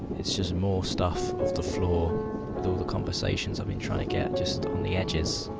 it's just more stuff of the floor, with all the conversations i've been trying to get, just on the edges.